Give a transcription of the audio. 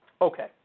okay